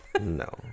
No